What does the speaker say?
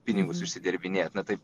pinigus užsidirbinėt na taip